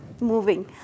moving